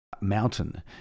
mountain